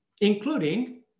including